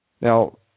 Now